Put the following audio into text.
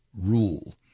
Rule